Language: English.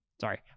Sorry